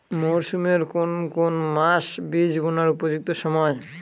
মরসুমের কোন কোন মাস বীজ বোনার উপযুক্ত সময়?